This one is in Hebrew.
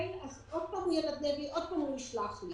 אז עוד פעם הוא ינדנד לי, עוד פעם הוא ישלח לי.